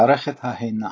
מערכת ההינע